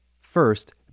First